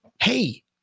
Hey